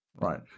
Right